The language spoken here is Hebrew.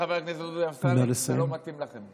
חברי חבר הכנסת דודי אמסלם, זה לא מתאים לכם.